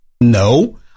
No